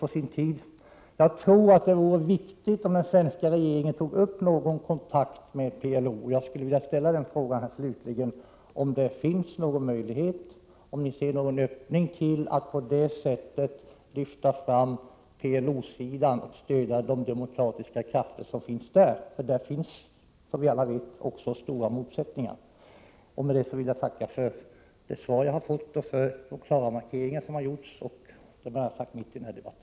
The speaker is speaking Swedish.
Jag tror att det är viktigt att den svenska regeringen tar upp någon kontakt med PLO: Jag skulle slutligen vilja ställa frågan om ni ser någon öppning för att på det sättet lyfta fram PLO-sidan och stödja de demokratiska krafter som finns där. Inom PLO råder det också, som vi alla vet, stora motsättningar. Med det vill jag tacka för det svar jag fått och de klara markeringar som gjorts. Därmed har jag sagt mitt i denna debatt.